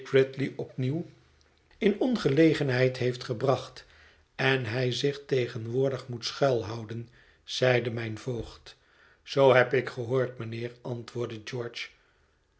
opnieuw in ongelegenheid heeft gebracht en hij zich tegenwoordig moet schuilhouden zeide mijn voogd zoo heb ik gehoord mijnheer antwoordde george